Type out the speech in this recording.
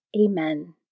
Amen